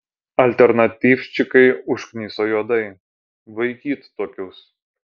alternatyvščikai užkniso juodai vaikyt tokius